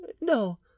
no